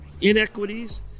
inequities